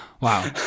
Wow